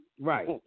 Right